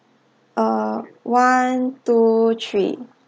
uh one two three